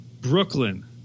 Brooklyn